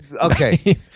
Okay